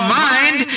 mind